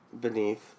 Beneath